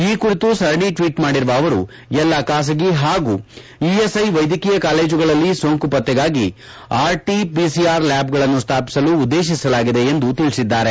ಈ ಕುರಿತು ಸರಣಿ ಟ್ವೀಟ್ ಮಾಡಿರುವ ಅವರು ಎಲ್ಲಾ ಖಾಸಗಿ ಹಾಗೂ ಇಎಸ್ಐ ವೈದ್ಯಕೀಯ ಕಾಲೇಜುಗಳಲ್ಲಿ ಸೋಂಕು ಪತ್ತೆಗಾಗಿ ಆರ್ಟಿ ಪಿಸಿಆರ್ ಲ್ಯಾಬ್ಗಳನ್ನು ಸ್ಥಾಪಿಸಲು ಉದ್ದೇಶಿಸಲಾಗಿದೆ ಎಂದು ತಿಳಿಸಿದ್ದಾರೆ